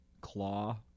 claw